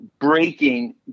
breaking